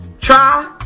Try